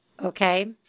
okay